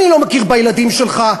אני לא מכיר בילדים שלך,